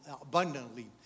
abundantly